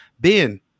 Ben